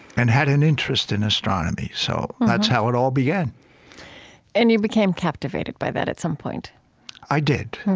and had an interest in astronomy, so that's how it all began and you became captivated by that at some point i did.